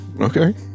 Okay